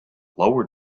lower